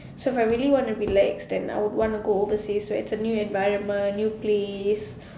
so if I really want to go relax then I would want to go overseas where it's a new environment new place